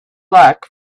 luck